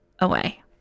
away